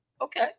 Okay